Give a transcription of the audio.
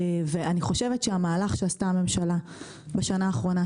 ואני חושבת שהמהלך שעשתה הממשלה בשנה האחרונה,